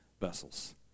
vessels